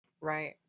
right